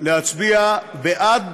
להצביע בעד